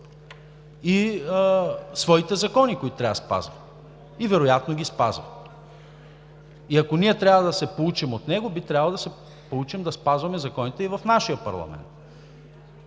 и своите закони, които трябва да спазва. И вероятно ги спазва. Ако ние трябва да се поучим от него, би трябвало да се поучим да спазваме законите и в нашия парламент.